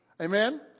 Amen